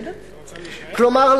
כלומר,